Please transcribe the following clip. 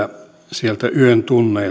sieltä yön